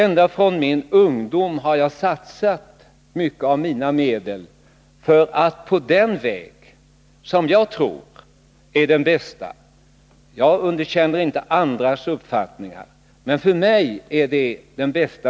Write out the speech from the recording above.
Ända från min ungdom har jag satsat mycket av mina medel för att på den väg som jag tror är den bästa — även om jag inte underkänner andras uppfattningar — hjälpa dem.